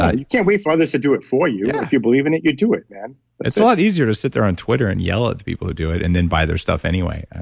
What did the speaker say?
ah you can't wait for others to do it for you. yeah if you believe in it, you do it, man it's a lot easier to sit there on twitter and yell at the people who do it and then buy their stuff anyway